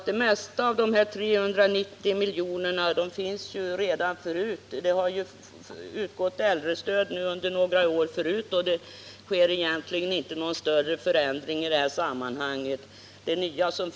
Det mesta av de 390 miljonerna finns redan förut. Äldrestödet har ju utgått under några år, och någon större förändring i detta sammanhang sker egentligen inte.